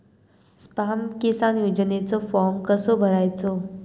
स्माम किसान योजनेचो फॉर्म कसो भरायचो?